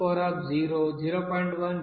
1 0